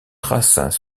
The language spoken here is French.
traces